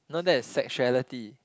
no that is sexuality